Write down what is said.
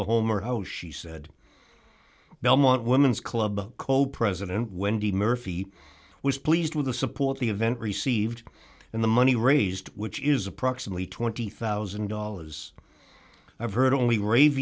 the home or house she said belmont women's club co president wendy murphy was pleased with the support the event received and the money raised which is approximately twenty thousand dollars i've heard only